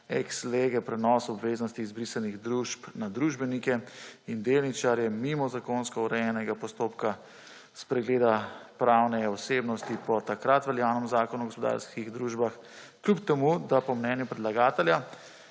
ex lege prenos obveznosti izbrisanih družb na družbenike in delničarje mimo zakonsko urejenega postopka spregleda pravne osebnosti po takrat veljavnem Zakonu o gospodarskih družbah, kljub temu da po mnenju predlagatelja